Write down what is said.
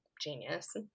genius